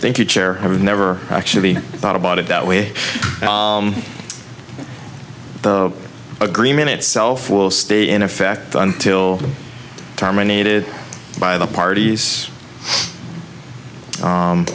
thank you chair i've never actually thought about it that way the agreement itself will stay in effect until terminated by the parties